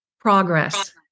progress